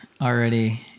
already